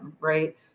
Right